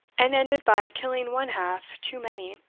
and ended by killing one-half too many.